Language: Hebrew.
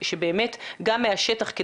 גם מהשטח,